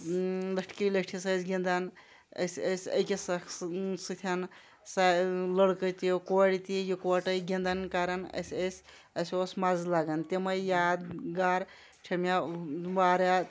لٔٹھۍ کھی لٔٹھِس ٲسۍ گِنٛدان أسۍ ٲسۍ أکِس اَکھ سۭتۍ لٔڑکہٕ تہِ کورِ تہِ یِکوَٹَے گِنٛدان کَران أسۍ ٲسۍ اَسہِ اوس مَزٕ لَگان تِمَے یادگار چھِ مےٚ واریاہ